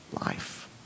life